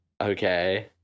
Okay